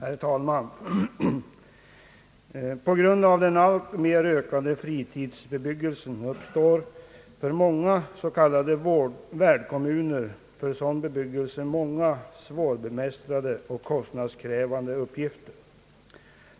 Herr talman! På grund av den alltmer ökade fritidsbebyggelsen uppstår för många s.k. värdkommuner för sådan bebyggelse många svårbemästrade och kostnadskrävande uppgifter.